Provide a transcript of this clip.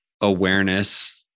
awareness